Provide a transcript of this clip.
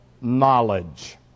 knowledge